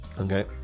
okay